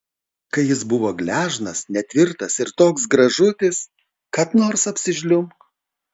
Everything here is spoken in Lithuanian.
kai jis buvo gležnas netvirtas ir toks gražutis kad nors apsižliumbk